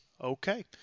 okay